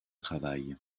travail